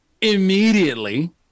immediately